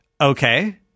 Okay